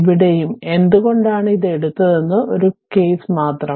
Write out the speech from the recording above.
ഇവിടെയും എന്തുകൊണ്ടാണ് ഇത് എടുത്തതെന്ന് ഒരു കേസ് മാത്രം